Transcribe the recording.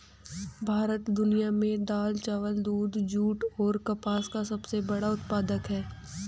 भारत दुनिया में दाल, चावल, दूध, जूट और कपास का सबसे बड़ा उत्पादक है